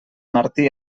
martí